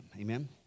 amen